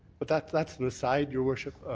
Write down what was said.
but that's that's the side, your worship.